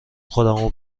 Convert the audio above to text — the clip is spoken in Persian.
خودمو